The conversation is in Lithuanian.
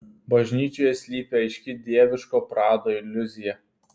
bažnyčioje slypi aiški dieviško prado iliuzija